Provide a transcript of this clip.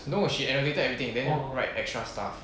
no she editing everything then write extra stuff